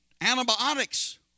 antibiotics